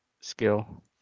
skill